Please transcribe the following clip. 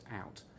out